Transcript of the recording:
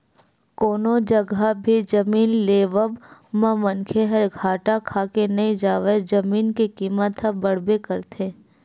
कोनो जघा भी जमीन के लेवब म मनखे ह घाटा खाके नइ जावय जमीन के कीमत ह बड़बे करथे